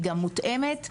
היא גם מותאמת למגזרים,